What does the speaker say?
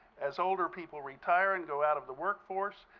as older people retire and go out of the workforce,